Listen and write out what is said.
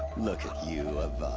look at you,